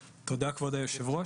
תודה, כבוד היושב-ראש.